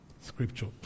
scripture